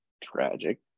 tragic